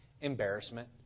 Embarrassment